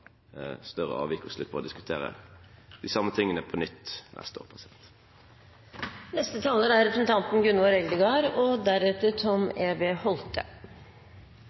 større avvik og slipper å diskutere de samme tingene på nytt neste år.